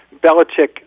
Belichick